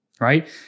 right